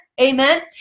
Amen